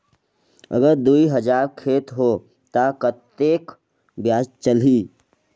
अगर दुई हजार लेत हो ता कतेक ब्याज चलही?